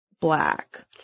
black